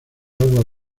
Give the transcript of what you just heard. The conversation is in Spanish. agua